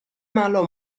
malo